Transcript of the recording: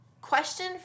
question